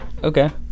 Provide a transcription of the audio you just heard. Okay